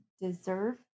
deserve